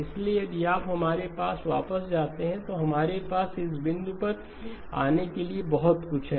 इसलिए यदि आप हमारे पास वापस जाते हैं तो हमारे पास इस बिंदु पर आने के लिए बहुत कुछ है